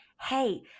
hey